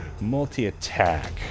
Multi-attack